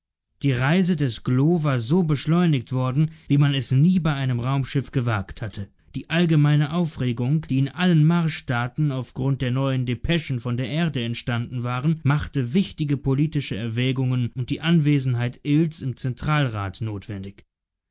die reise des glo war so beschleunigt worden wie man es nie bei einem raumschiff gewagt hatte die allgemeine aufregung die in allen marsstaaten aufgrund der neuen depeschen von der erde entstanden war machte wichtige politische erwägungen und die anwesenheit ills im zentralrat notwendig